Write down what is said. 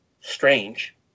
strange